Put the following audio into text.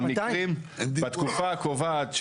המקרים בתקופה הקובעת,